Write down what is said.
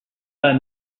pas